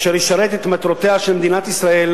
אשר ישרת את מטרותיה של מדינת ישראל